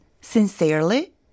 sincerely